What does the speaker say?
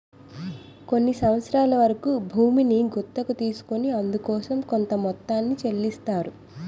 కొన్ని సంవత్సరాల వరకు భూమిని గుత్తకు తీసుకొని అందుకోసం కొంత మొత్తాన్ని చెల్లిస్తారు